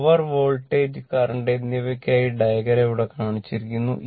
power voltage current എന്നിവയ്ക്കായി diagram ഇവിടെ കാണിച്ചിരിക്കുന്നു